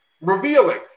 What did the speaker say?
revealing